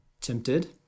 tempted